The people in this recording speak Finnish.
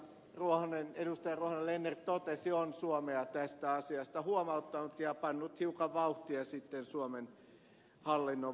ruohonen lerner totesi on suomea tästä asiasta huomauttanut ja pannut hiukan vauhtia sitten suomen hallinnon rattaisiin